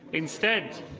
instead,